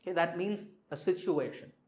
that means a situation.